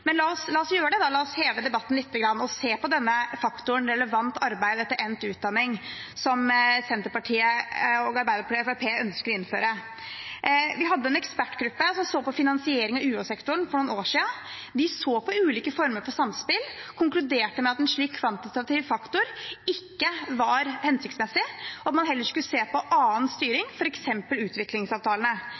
Senterpartiet, Arbeiderpartiet og Fremskrittspartiet ønsker å innføre. Vi hadde en ekspertgruppe som så på finansiering av UH-sektoren for noen år siden. De så på ulike former for samspill og konkluderte med at en slik kvantitativ faktor ikke var hensiktsmessig, at man heller skulle se på annen styring, f.eks. utviklingsavtalene.